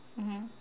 mmhmm